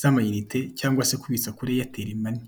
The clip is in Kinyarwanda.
z'ama inite, cyangwa se kubitsa kuri eyateri mani.